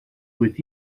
with